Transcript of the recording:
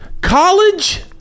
college